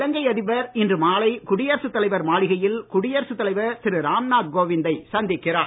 இலங்கை அதிபர் இன்று மாலை குடியரசு தலைவர் மாளிகையில் குடியரசு தலைவர் திரு ராம்நாத் கோவிந்தை சந்திக்கிறார்